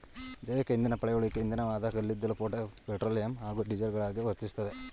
ಜೈವಿಕಇಂಧನ ಪಳೆಯುಳಿಕೆ ಇಂಧನವಾದ ಕಲ್ಲಿದ್ದಲು ಪೆಟ್ರೋಲಿಯಂ ಹಾಗೂ ಡೀಸೆಲ್ಗಳಹಾಗೆ ವರ್ತಿಸ್ತದೆ